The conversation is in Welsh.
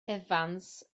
evans